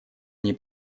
они